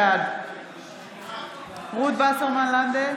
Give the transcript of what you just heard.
בעד רות וסרמן לנדה,